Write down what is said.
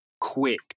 quick